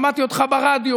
שמעתי אותך ברדיו,